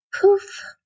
poof